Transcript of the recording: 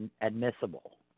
admissible